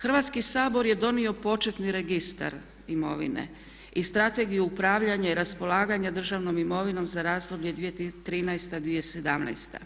Hrvatski sabor je donio početni registar imovine i Strategiju upravljanja i raspolaganja državnom imovinom za razdoblje 2013.